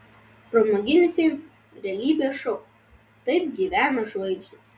pramoginis info realybės šou taip gyvena žvaigždės